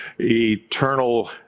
eternal